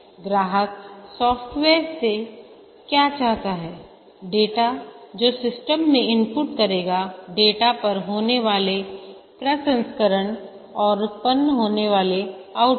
ग्राहक सॉफ़्टवेयर से क्या चाहता है डेटा जो सिस्टम में इनपुट करेगाडेटा पर होने वाले प्रसंस्करण और उत्पन्न होने वाले आउटपुट